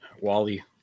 Wally